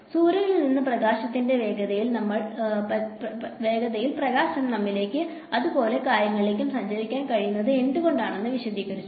സൂര്യനിൽ നിന്ന് പ്രകാശത്തിന്റെ വേഗതയിൽ പ്രകാശം നമ്മിലേക്കും അതുപോലുള്ള കാര്യങ്ങളിലേക്കും സഞ്ചരിക്കാൻ കഴിയുന്നത് എന്തുകൊണ്ടാണെന്ന് വിശദീകരിച്ചു